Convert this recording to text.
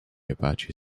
apache